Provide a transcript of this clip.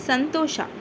ಸಂತೋಷ